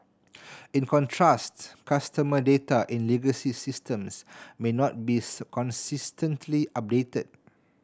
in contrast customer data in legacy systems may not be consistently updated